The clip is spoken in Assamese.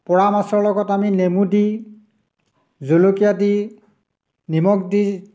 পুৰা মাছৰ লগত আমি নেমু দি জলকীয়া দি নিমখ দি